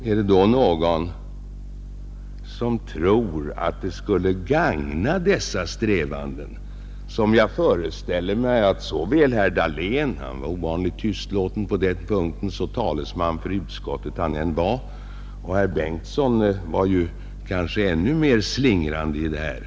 Herr Dahlén var ovanligt tystlåten på den punkten, så talesman för utskottet han än var, och herr Bengtson var ännu mera slingrande i det stycket.